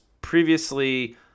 previously